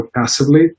passively